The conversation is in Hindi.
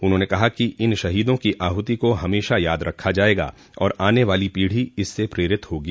उन्होंने कहा कि इन शहीदों की आहुति को हमेशा याद रखा जायेगा और आने वाली पीढ़ो इससे प्रेरित होगी